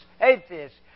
atheists